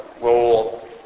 role